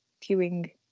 queuing